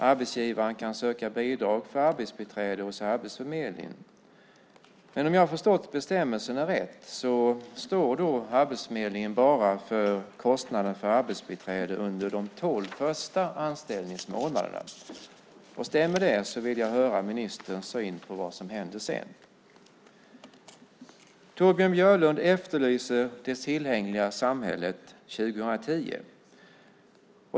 Arbetsgivaren kan söka bidrag för arbetsbiträde hos Arbetsförmedlingen. Om jag har förstått bestämmelserna rätt står Arbetsförmedlingen bara för kostnaden för arbetsbiträde under de tolv första anställningsmånaderna. Stämmer det vill jag höra ministerns syn på vad som händer sedan. Torbjörn Björlund efterlyser detta med det tillgängliga samhället 2010.